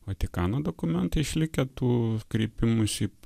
vatikano dokumentai išlikę tų kreipimųsi